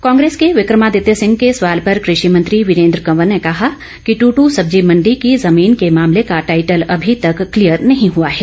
कांग्रेस के विक्रमादित्य सिंह के सवाल पर कृषि मंत्री वीरेंद्र कवर ने कहा कि दुदू सब्जी मंडी की जमीन के मामले का टाइटल अभी तक क्लीयर नहीं हुआ है